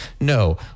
No